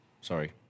Sorry